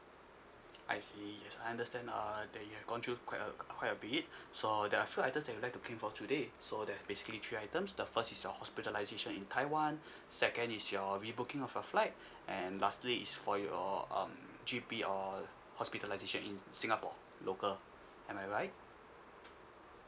I see yes I understand uh that you have gone through quite a quite a bit so there are a few items that you would like to claim for today so they're basically three items the first is your hospitalisation in taiwan second is your rebooking of your flight and lastly is for your um G_P or hospitalisation in singapore local am I right